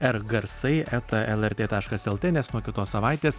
rgarsai eta lrt taškas lt nes nuo kitos savaitės